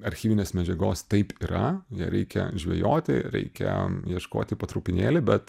archyvinės medžiagos taip yra ją reikia žvejoti reikia ieškoti po trupinėlį bet